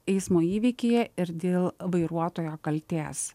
eismo įvykyje ir dėl vairuotojo kaltės